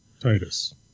Titus